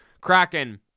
Kraken